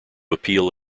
appeal